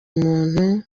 umuntu